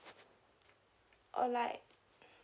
or like